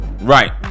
right